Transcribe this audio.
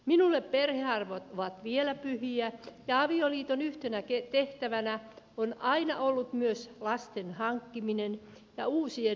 minulle perhearvot ovat vielä pyhiä ja avioliiton yhtenä tehtävänä on aina ollut myös lasten hankkiminen ja uusien sukupolvien kasvatus